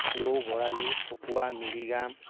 ৰৌ বৰালি ভকুৱা মিৰিগাম